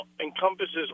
encompasses